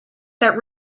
that